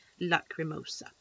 Lacrimosa